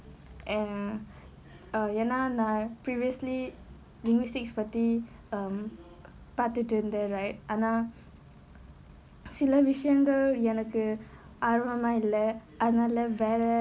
and err ஏனா நான்:yaenaa naan previously linguistics பத்தி பாத்துட்டு இருந்தேன் ஆனா:pathi paathuttu iruntthaen aanaa err சில விஷயங்கள் எனக்கு ஆர்வமா இல்ல அதுனால வேற:sila vishaynagal enakku aarvamaa illa athunaala vera